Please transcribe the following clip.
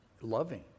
loving